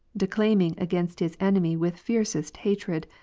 de claiming against his enemy with fiercest hatred,